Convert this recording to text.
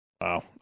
Wow